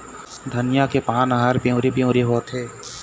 धनिया के पान हर पिवरी पीवरी होवथे?